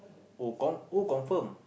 oh con~ oh confirm